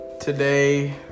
today